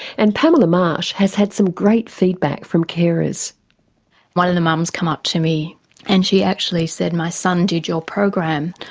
and pamela marsh has had some great feedback from carers. one of the mums came up to me and she actually said, my son did your program.